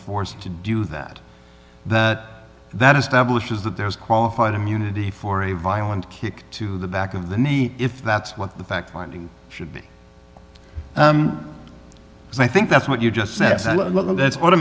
force to do that that that establishes that there was qualified immunity for a violent kick to the back of the knee if that's what the fact finding should be i think that's what you just said that's what a